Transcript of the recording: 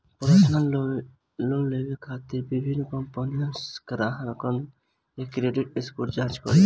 personal loan देवे खातिर विभिन्न कंपनीसन ग्राहकन के क्रेडिट स्कोर जांच करेली